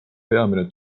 peamine